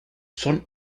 son